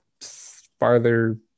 farther